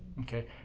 Okay